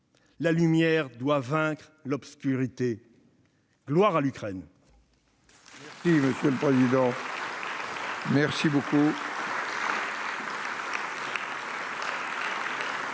la lumière doit vaincre l'obscurité !» Gloire à l'Ukraine